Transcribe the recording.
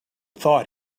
thought